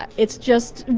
ah it's just,